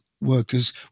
workers